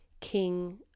King